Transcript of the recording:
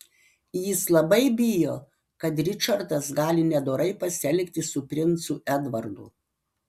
jis labai bijo kad ričardas gali nedorai pasielgti su princu edvardu